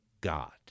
God